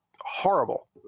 horrible